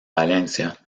valencia